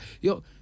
yo